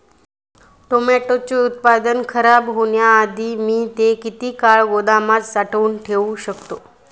टोमॅटोचे उत्पादन खराब होण्याआधी मी ते किती काळ गोदामात साठवून ठेऊ शकतो?